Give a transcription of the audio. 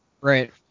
Right